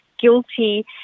guilty